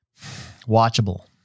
watchable